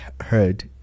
heard